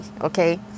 okay